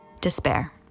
Despair